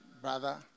brother